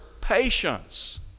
patience